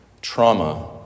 trauma